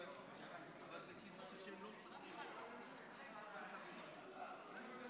כך, אני